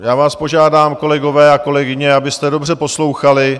Já vás požádám, kolegové a kolegyně, abyste dobře poslouchali.